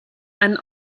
einen